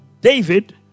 david